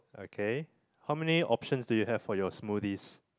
okay how many options do you have for your smoothies